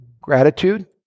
gratitude